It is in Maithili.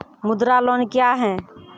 मुद्रा लोन क्या हैं?